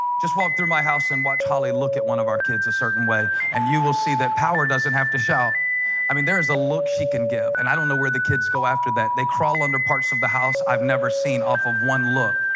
just walk through my house and watch holly look at one of our kids a certain way and you will see that power doesn't have to shout i mean there is a look she can give and i don't know where the kids go after that they crawl under parts of the house i've never seen off of one look